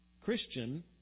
Christian